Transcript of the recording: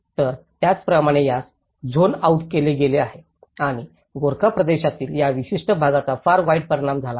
तर त्याप्रमाणेच यास झोन आउट केले गेले आहे आणि गोरखा प्रदेशातील या विशिष्ट भागाचा फार वाईट परिणाम झाला आहे